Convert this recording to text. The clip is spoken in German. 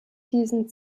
diesen